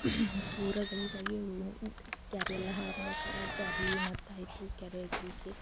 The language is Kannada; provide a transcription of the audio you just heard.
ಪೂರ ಗಲಿಜಾಗಿವು ಕ್ಯಾರಿ ಎಲ್ಲ ಹಾಳು ಮಾಡಾಕ್ತದೆ ಕ್ಯಾರಿ ಮತ್ತು ಆಯಿತು ಕ್ಯಾರಿ ದಿಲ್ಕಿ